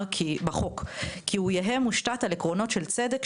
בחוק כי הוא יהיה מושתת על עקרונות של צדק,